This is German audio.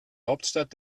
hauptstadt